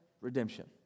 redemption